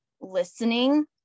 listening